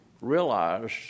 realize